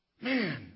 Man